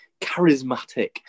charismatic